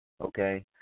Okay